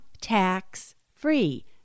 tax-free